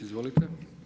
Izvolite.